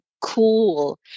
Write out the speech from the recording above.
cool